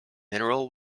mineral